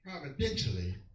providentially